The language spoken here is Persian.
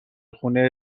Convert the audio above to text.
خونه